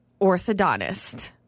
orthodontist